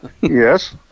Yes